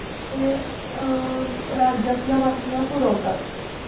हे राज्यातल्या बातम्या पुरवतात